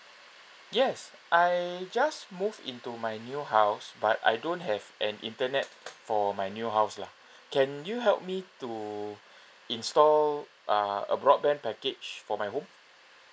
yes I just moved into my new house but I don't have an internet for my new house lah can you help me to install uh a broadband package for my home